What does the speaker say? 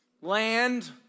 land